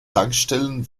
tankstellen